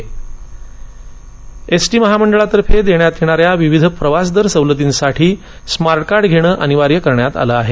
परिवहन मंत्री एसटी महामंडळामार्फत देण्यात येणाऱ्या विविध प्रवासदर सवलतींसाठी स्मार्ट कार्ड घेणं अनिवार्य करण्यात आलं आहे